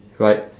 right